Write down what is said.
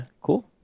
cool